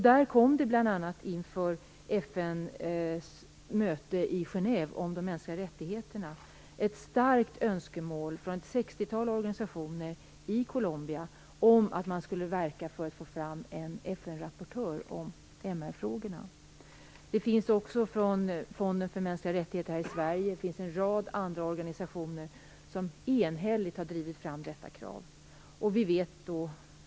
Det kom också inför FN:s möte i Genève om de mänskliga rättigheterna fram ett starkt önskemål från ett sextiotal organisationer i Colombia om att man skulle verka för att få fram en FN-rapportör om MR frågorna. Fonden för mänskliga rättigheter och en rad andra organisationer här i Sverige har likaså enhälligt drivit detta krav.